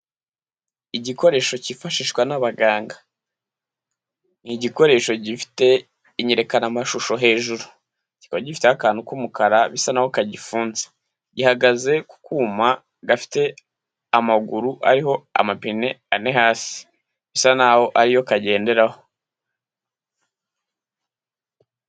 Igikoresho cyifashishwa n'abaganga. Ni igikoresho gifite inyerekanamashusho hejuru, kikaba gifiteho akantu k'umukara bisa n'aho kagifunze. Gihagaze ku kuma gafite amaguru ariho amapine ane hasi, bisa n'aho ari yo kagenderaho.